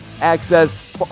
access